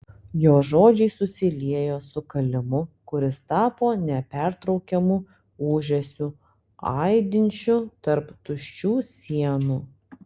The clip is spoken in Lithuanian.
jo žodžiai susiliejo su kalimu kuris tapo nepertraukiamu ūžesiu aidinčiu tarp tuščių sienų